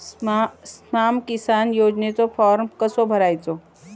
स्माम किसान योजनेचो फॉर्म कसो भरायचो?